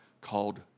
called